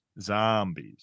Zombies